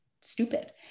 stupid